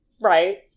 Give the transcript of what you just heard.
Right